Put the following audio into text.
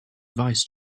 vice